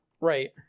Right